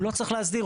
הוא לא צריך להסדיר.